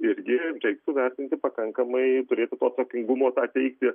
irgi reiktų vertinti pakankamai turėti to atsakingumo tą teigti